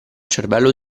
cervello